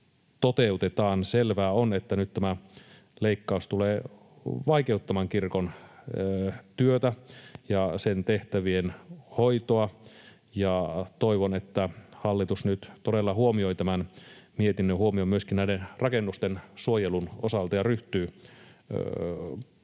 toteutetaan. Selvää on, että nyt tämä leikkaus tulee vaikeuttamaan kirkon työtä ja sen tehtävien hoitoa. Ja toivon, että hallitus nyt todella huomioi tämän mietinnön, huomioi myöskin näiden rakennusten suojelun osalta ja ryhtyy mahdollisimman